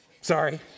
Sorry